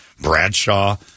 Bradshaw